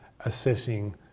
assessing